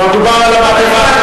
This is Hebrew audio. כבר דובר על המהפכה.